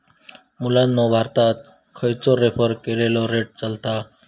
मुलांनो भारतात खयचो रेफर केलेलो रेट चलता?